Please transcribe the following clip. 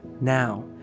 Now